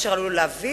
אשר עלול להביך